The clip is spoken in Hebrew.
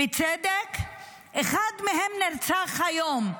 בצדק, אחד מהם נרצח היום.